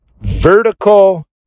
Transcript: vertical